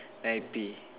then I pee